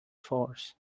force